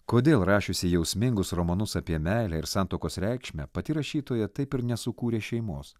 kodėl rašiusi jausmingus romanus apie meilę ir santuokos reikšmę pati rašytoja taip ir nesukūrė šeimos